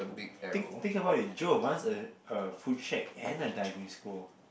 think think about it Joe wants a a Foodshed and a diving school